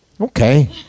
Okay